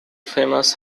famous